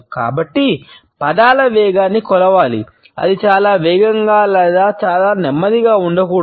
కాబట్టి పదాల వేగాన్ని కొలవాలి అది చాలా వేగంగా లేదా చాలా నెమ్మదిగా ఉండకూడదు